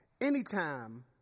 anytime